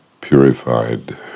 purified